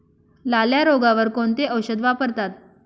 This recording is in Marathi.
लाल्या रोगावर कोणते औषध वापरतात?